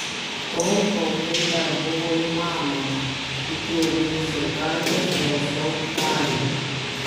tol kol tai dar buvo įmanoma iki ugnis ir kardas vėl siaubs šalį